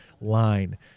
line